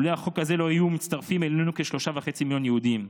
לולא החוק הזה לא היו מצטרפים אלינו כשלושה וחצי מיליון יהודים.